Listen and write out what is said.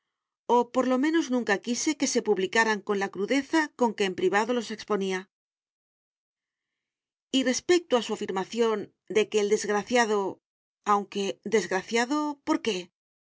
o por lo menos nunca quise que se publicaran con la crudeza con que en privado los exponía y respecto a su afirmación de que el desgraciado aunque desgraciado por qué